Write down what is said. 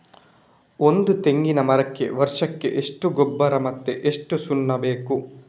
ಒಂದು ತೆಂಗಿನ ಮರಕ್ಕೆ ವರ್ಷಕ್ಕೆ ಎಷ್ಟು ಗೊಬ್ಬರ ಮತ್ತೆ ಎಷ್ಟು ಸುಣ್ಣ ಬೇಕು?